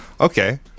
Okay